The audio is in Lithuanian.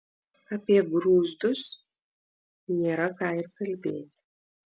apie grūzdus nėra ką ir kalbėti